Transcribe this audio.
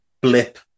blip